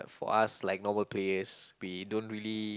for us like normal players we don't really